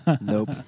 Nope